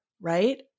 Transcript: right